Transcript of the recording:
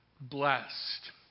blessed